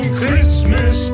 Christmas